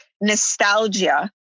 nostalgia